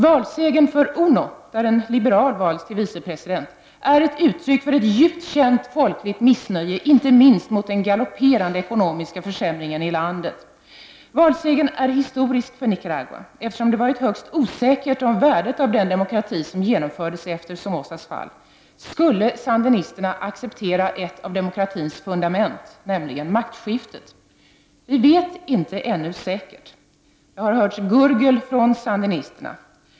Valsegern för UNO, där en liberal valts till vice president, är ett uttryck för ett djupt känt folkligt missnöje inte minst mot den galopperande ekonomiska försämringen i landet. Valsegern är historisk för Nicaragua, eftersom det har varit högst osäkert om värdet av den demokrati som genomfördes efter Somozas fall. Skulle sandinisterna acceptera ett av fundamenten i demokratin, nämligen maktskiftet? Vi vet inte ännu säkert. Det har hörts gurgel från sandinisterna.